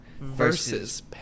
versus